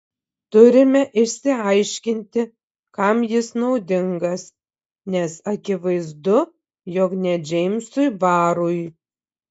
turime išsiaiškinti kam jis naudingas nes akivaizdu jog ne džeimsui barui